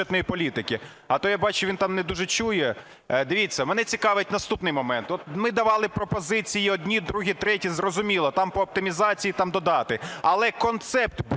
а то, я бачу, він там не дуже чує. Дивіться, мене цікавить наступний момент. От ми давали пропозиції одні, другі, треті, зрозуміло, там по оптимізації, там додати. Але концепт бюджетної